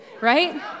right